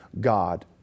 God